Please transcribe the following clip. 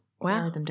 Wow